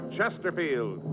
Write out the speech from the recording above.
Chesterfield